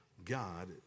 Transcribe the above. God